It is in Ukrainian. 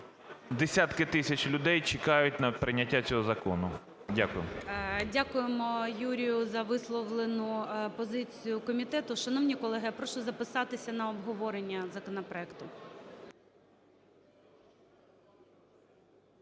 десятки тисяч людей чекають на прийняття цього закону. Дякую. ГОЛОВУЮЧИЙ. Дякуємо, Юрію, за висловленню позицію комітету. Шановні колеги, прошу записатися на обговорення законопроекту.